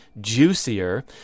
juicier